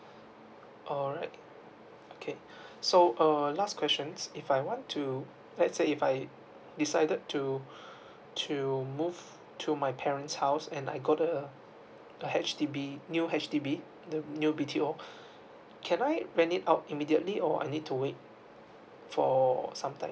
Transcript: all right okay so uh last question if I want to let's say if I decided to to move to my parents' house and I got a H_D_B new H_D_B new B_T_O can I rent it out immediately or I need to wait for sometime